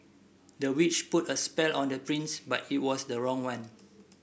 the witch put a spell on the prince but it was the wrong one